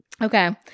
okay